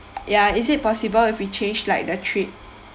ya is it possible if we change like the trip